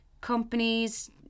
companies